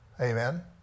Amen